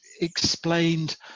explained